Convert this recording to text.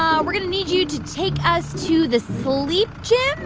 um we're going to need you to take us to the sleep gym.